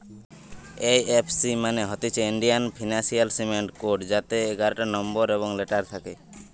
এই F C মানে হতিছে ইন্ডিয়ান ফিনান্সিয়াল সিস্টেম কোড যাতে এগারটা নম্বর এবং লেটার থাকে